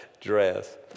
dress